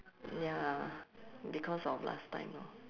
ya because of last time lor